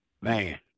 man